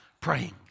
praying